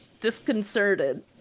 disconcerted